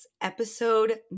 Episode